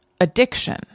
addiction